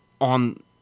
on